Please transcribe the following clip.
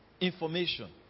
information